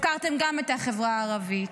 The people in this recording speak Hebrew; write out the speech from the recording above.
הפקרתם גם את החברה הערבית.